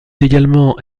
également